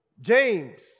James